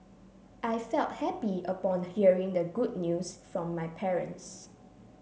I felt happy upon hearing the good news from my parents